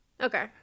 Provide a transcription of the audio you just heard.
Okay